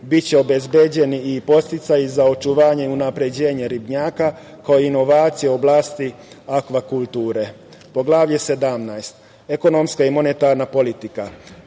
biće obezbeđeni i podsticaji za očuvanje i unapređenje ribnjaka, kao i inovacija u oblasti akva kulture. Poglavlje 17, ekonomska i monetarna politika.